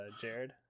Jared